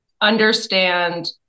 understand